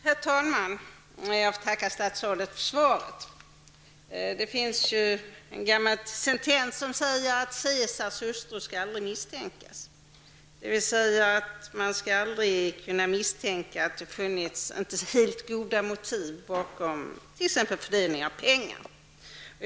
Herr talman! Jag ber att få tacka statsrådet för svaret. Det finns en gammal sentens som säger att Caesars hustru aldrig får misstänkas, dvs. att man aldrig skall misstänka att det inte har funnits goda motiv bakom, t.ex. fördelningen av pengar.